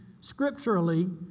scripturally